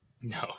No